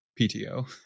PTO